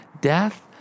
Death